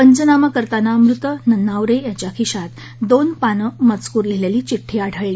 पंचनामा करताना मृत नन्नावरे यांच्या खिशात दोन पानं मजूकर लिहलेली चिडी आढळली